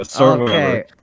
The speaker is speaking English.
Okay